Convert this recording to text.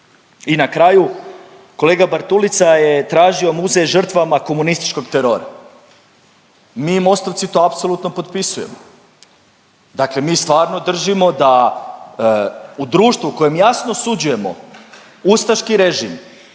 I na kraju kolega Bartulica je tražio muzej žrtvama komunističkog terora. Mi Mostovci to apsolutno potpisujemo. Dakle mi stvarno držimo da u društvu u kojem jasno osuđujemo ustaški režim,